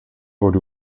wurde